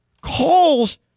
calls